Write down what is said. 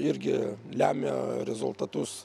irgi lemia rezultatus